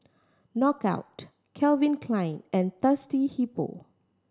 Knockout Calvin Klein and Thirsty Hippo